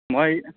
মই